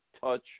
touch